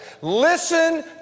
Listen